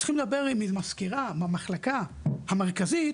צריכים לדבר עם מזכירה מהמחלקה המרכזית,